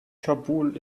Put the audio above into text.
kabul